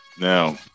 Now